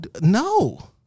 no